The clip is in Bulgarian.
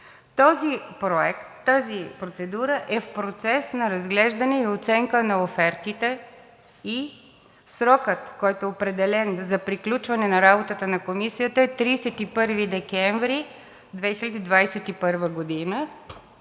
до км 102+820. Тази процедура е в процес на разглеждане и оценка на офертите и срокът, който е определен за приключване на работата на Комисията, е 31 декември 2021 г.